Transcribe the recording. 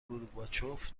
گورباچوف